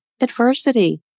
adversity